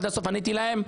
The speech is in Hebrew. עניתי להם: